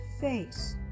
face